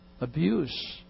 Abuse